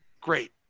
great